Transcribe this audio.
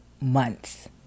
months